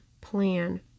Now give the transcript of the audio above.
plan